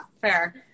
fair